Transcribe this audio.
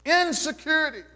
Insecurity